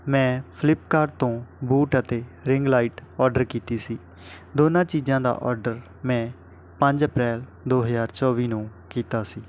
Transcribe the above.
ਮੈਂ ਫਲਿਪਕਾਰਟ ਤੋਂ ਬੂਟ ਅਤੇ ਰਿੰਗ ਲਾਈਟ ਔਡਰ ਕੀਤੀ ਸੀ ਦੋਨਾਂ ਚੀਜ਼ਾਂ ਦਾ ਔਡਰ ਮੈਂ ਪੰਜ ਅਪ੍ਰੈਲ ਦੋ ਹਜ਼ਾਰ ਚੌਵੀ ਨੂੰ ਕੀਤਾ ਸੀ